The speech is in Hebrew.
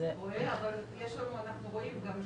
אבל אנחנו רואים גם,